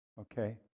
okay